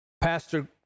Pastor